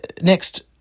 next